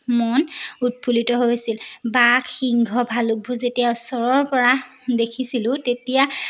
মন উৎফুল্লিত হৈছিল বাঘ সিংহ ভালুকবোৰ যেতিয়া ওচৰৰ পৰা দেখিছিলোঁ তেতিয়া